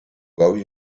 worry